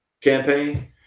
campaign